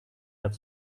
have